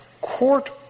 court